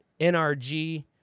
NRG